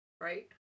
right